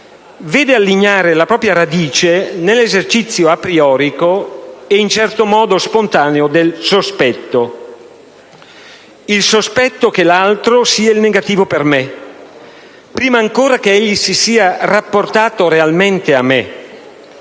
vede allignare la propria radice nell'esercizio aprioristico e, in certo modo, spontaneo del sospetto: il sospetto che l'altro sia negativo per me, prima ancora che egli si sia rapportato realmente a me.